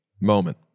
moment